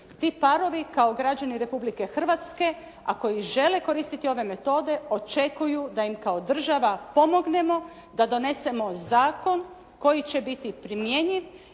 Ti parovi kao građani Republike Hrvatske a koji žele koristiti ove metode očekuju da im kao država pomognemo, da donesemo zakon koji će biti primjenjiv